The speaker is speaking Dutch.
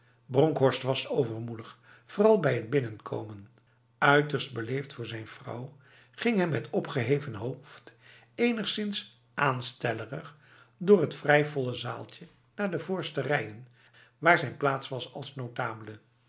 bronkhorst was overmoedig vooral bij t binnenkomen uiterst beleefd voor zijn vrouw ging hij met opgeheven hoofd enigszins aanstellerig door het vrij volle zaaltje naar de voorste rijen waar zijn plaats was als